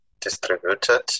distributed